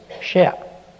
share